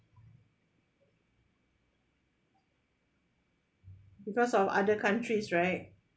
because of other countries right